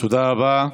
תודה רבה.